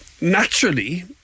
naturally